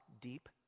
deep